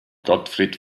gottfried